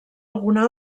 alguna